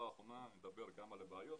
- אני מדבר גם על הבעיות